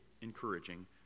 encouraging